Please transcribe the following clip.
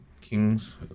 Kings